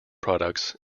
products